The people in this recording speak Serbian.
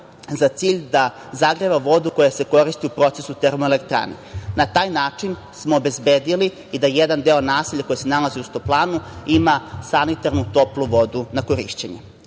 za cilj da zagreva vodu, koja se koristi u procesu termoelektrane. Na taj način smo obezbedili i da jedan deo naselja, koji se nalazi uz toplanu, ima sanitarnu toplu vodu, na korišćenje. Svakako